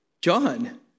John